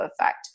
effect